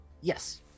Yes